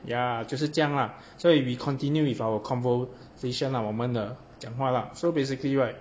yeah 就是这样 lah so if we continue with our conversation lah 我们的讲话 lah so basically right